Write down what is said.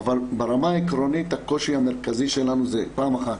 אבל ברמה העקרונית הקושי שלנו פעם אחת